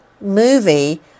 movie